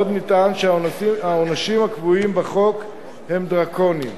עוד נטען שהעונשים הקבועים בחוק הם דרקוניים.